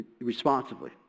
responsibly